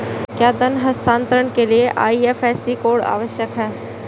क्या धन हस्तांतरण के लिए आई.एफ.एस.सी कोड आवश्यक है?